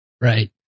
Right